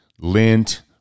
Lint